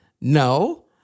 no